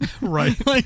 right